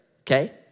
okay